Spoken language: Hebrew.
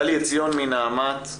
גלי עציון מנעמ"ת,